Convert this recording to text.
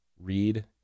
read